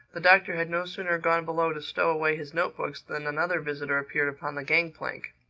the doctor had no sooner gone below to stow away his note-books than another visitor appeared upon the gang-plank.